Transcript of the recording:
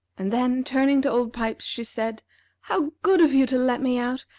and then, turning to old pipes, she said how good of you to let me out!